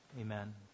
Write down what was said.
Amen